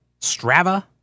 Strava